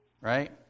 right